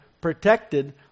protected